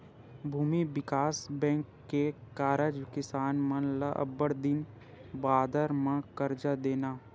भूमि बिकास बेंक के कारज किसान मन ल अब्बड़ दिन बादर म करजा देना